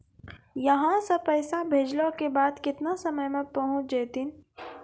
यहां सा पैसा भेजलो के बाद केतना समय मे पहुंच जैतीन?